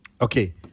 Okay